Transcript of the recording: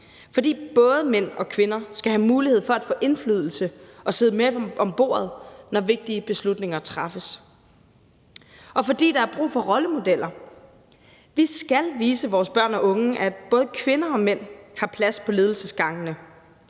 fordi både mænd og kvinder skal have mulighed for at få indflydelse og sidde med om bordet, når vigtige beslutninger træffes; og fordi der er brug for rollemodeller. Vi skal vise vores børn og unge, at både kvinder og mænd har plads på ledelsesgangene,